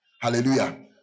Hallelujah